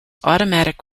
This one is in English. automatic